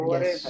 Yes